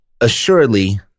assuredly